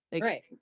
Right